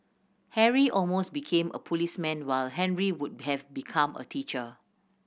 Harry almost became a policeman while Henry would have become a teacher